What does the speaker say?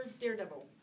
Daredevil